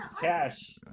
Cash